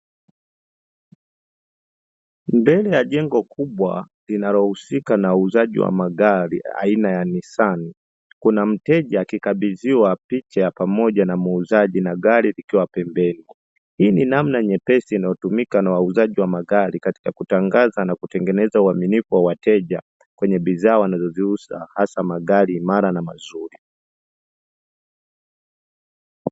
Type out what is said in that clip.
Mbele ya jengo kubwa linalohusika na uuzaji wa magari aina ya "Nissan", kuna mteja akikabidhiwa picha ya pamoja na muuzaji wa gari ikiwa pembeni, hii ni namna nyepesi inayotumika na wauzaji wa magari katika kutangaza na kutengeneza uaminifu wa wateja kwenye bidhaa wanazojiuza hasa magari imara na mazuri.